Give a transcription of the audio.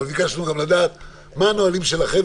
אבל ביקשנו גם לדעת מה הנהלים שלכם,